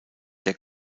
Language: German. der